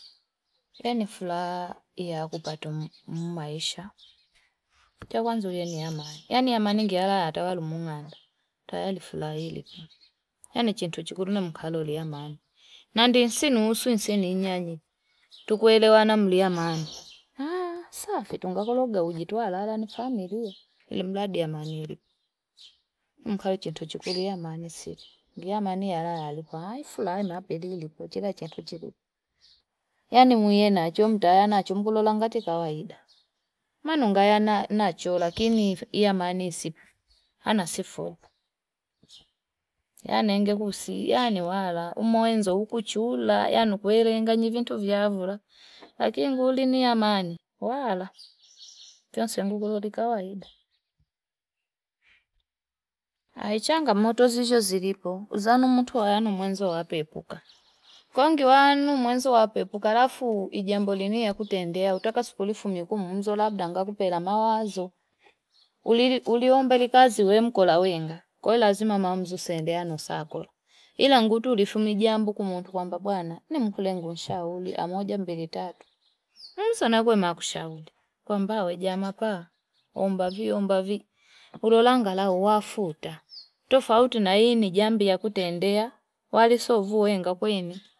yani fulaa yakupata mmmaisha kutewanzulia niwe ya amani, yani amani ngeaware tawala mung'amba tayali fula ili ku. yan chintu nkuru na mkalolie mani nandi nsunusu isene nyanyi tukuelewana mlia mani hayaa safi tu tungakologa uji twaalala ni familia ili mladi amani iwepo mkaetuchukulia amani sipo, ngila amani ala alipa haifulana pilili kuchila cha tu chilipa yani muiya nacho mtayana nacho mbulolangati kawida, manungaya na- nacho lakini iyamani si anasifu yani ngekusi yani wala umuenzo ukuchula yani kuerenga nyi vitu vya vula lakini nguli ni amani walaa kiyasunguloli kawaida aichangamoto zizo zilipo zanu mutuayane mwenzo wapepuka kwai ngi waanu mwanzo wa pepuka alafu ijambo linie ni kutendea utaka siku lifumie kumzolabda ngakupela mawazo ulili uliombela kazi we mkola wenga kwahiyo maamuzi siendeano sawa, ila ngutu fulijamu kwamba bwana ninkululengu nshaudi amoja mbili taaatu nsanagwe nakushauri kwamba we jamaka omba vi omba vi kulola angalau wafuta tofauti na ii ni jambia kutendea wale si vuenga kweme.